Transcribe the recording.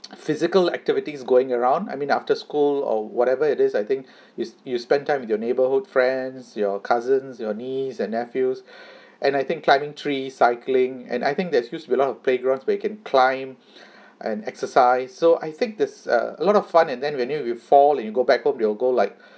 physical activities going around I mean after school or whatever it is I think is you spend time with your neighbourhood friends your cousins your niece and nephews and I think climbing tree cycling and I think there's use to be a lot of playgrounds where you can climb and exercise so I think this uh a lot of fun and then when you will fall and you go back home they will go like